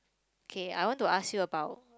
okay I want to ask you about